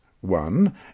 one